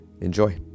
enjoy